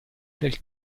del